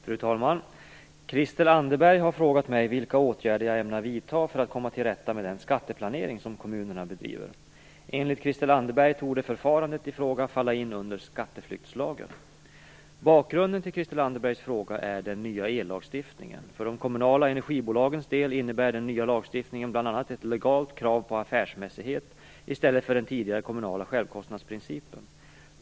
Fru talman! Christel Anderberg har frågat mig vilka åtgärder jag ämnar vidta för att komma till rätta med den skatteplanering som kommunerna bedriver. Enligt Christel Anderberg torde förfarandet i fråga falla in under skatteflyktslagen. Bakgrunden till Christel Anderbergs fråga är den nya ellagstiftningen. För de kommunala energibolagens del innebär den nya lagstiftningen bl.a. ett legalt krav på affärsmässighet i stället för den tidigare kommunala självkostnadsprincipen.